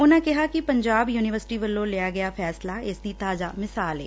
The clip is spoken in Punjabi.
ਉਨੂਾਂ ਕਿਹਾ ਕਿ ਪੰਜਾਬ ਯੂਨੀਵਰਸਿਟੀ ਵੱਲੋਂ ਲਿਆ ਗਿਆ ਫੈਸਲਾ ਇਸ ਦੀ ਤਾਜ਼ਾ ਮਿਸਾਲ ਏ